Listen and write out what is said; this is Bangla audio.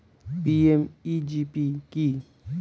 পি.এম.ই.জি.পি কি?